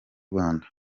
rwanda